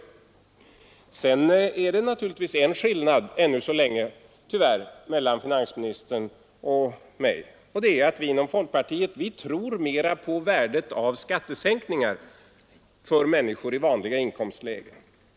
Än så länge är det naturligtvis, tyvärr, en skillnad mellan mig och finansministern, nämligen att vi inom folkpartiet tror mera på värdet av skattesänkningar för människor i de vanliga inkomstlägena.